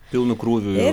pilnu krūviu